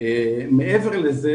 מעבר לזה,